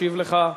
ישיב לך.